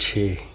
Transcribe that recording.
છે